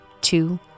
Two